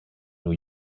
new